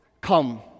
come